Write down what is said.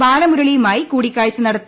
ബാലമുരളിയുമായി കൂടിക്കാഴ്ച്ച നടത്തി